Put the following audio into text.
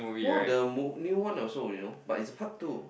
one of the mo~ new one also you know but it's the part two